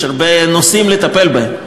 יש הרבה נושאים לטפל בהם.